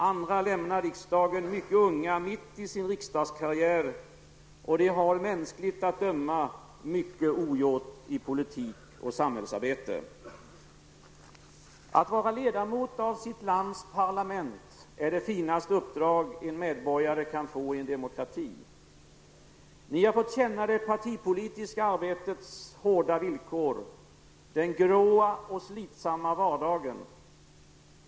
Andra lämnar riksdagen mycket unga mitt i sin riksdagskarriär, och de har mänskligt att döma mycket ogjort i politik och samhällsarbete. Att vara ledamot av sitt lands parlament är det finaste uppdrag en medborgare kan få i en demokrati. Ni har fått känna det partipolitiska arbetets hårda villkor; den grå och slitsamma vardagen.